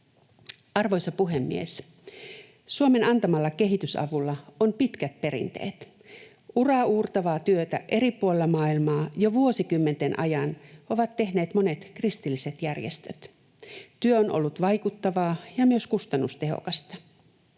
Arvoisa puhemies! Suomen antamalla kehitysavulla on pitkät perinteet. Uraauurtavaa työtä eri puolilla maailmaa jo vuosikymmenten ajan ovat tehneet monet kristilliset järjestöt. Työ on ollut vaikuttavaa ja myös kustannustehokasta.